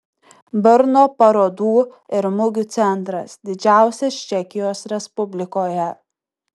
brno parodų ir mugių centras didžiausias čekijos respublikoje